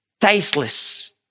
tasteless